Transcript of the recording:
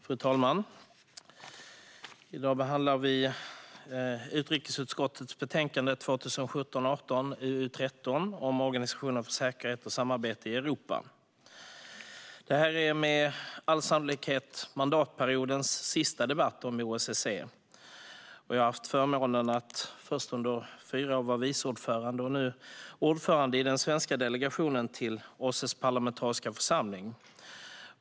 Fru talman! Vi behandlar nu utrikesutskottets betänkande 2017/18:UU13 om organisationen för säkerhet och samarbete i Europa. Detta är med all sannolikhet mandatperiodens sista debatt om OSSE. Jag har haft förmånen att först vara vice ordförande under fyra år och nu ordförande i den svenska delegationen till OSSE:s parlamentariska församling.